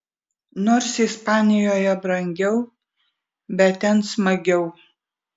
nors ispanijoje brangiau bet ten smagiau